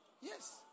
Yes